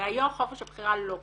והיום חופש הבחירה לא קיים.